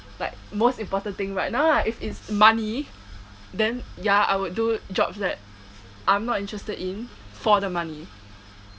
like most important thing right now lah if it is money then ya I will do jobs that I'm not interested in for the money